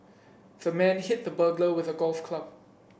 the man hit the burglar with a golf club